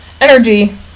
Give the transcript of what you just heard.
energy